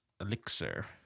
elixir